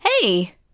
Hey